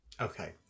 Okay